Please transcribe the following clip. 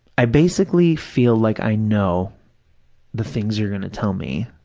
i basically feel like i know the things you're going to tell me,